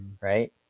right